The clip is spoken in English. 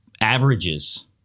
Averages